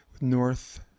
north